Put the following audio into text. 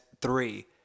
three